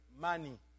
money